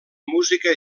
música